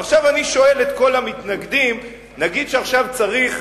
ועכשיו אני שואל את כל המתנגדים: נגיד שעכשיו כולם